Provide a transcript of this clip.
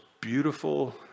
beautiful